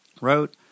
wrote